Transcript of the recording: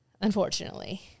unfortunately